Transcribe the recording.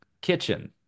kitchen